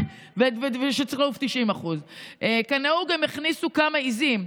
שצריכים לעוף 90%. "כנהוג הם הכניסו כמה 'עיזים'.